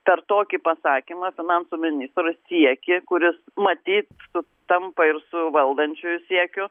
per tokį pasakymą finansų ministro siekį kuris matyt sutampa ir su valdančiųjų siekiu